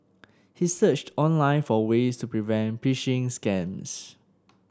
he searched online for ways to prevent phishing scams